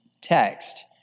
text